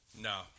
No